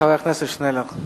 חבר הכנסת עתניאל שנלר,